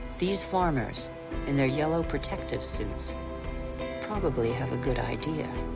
these farmers in their yellow protective suits probably have a good idea.